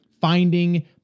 finding